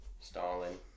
Stalin